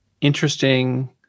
interesting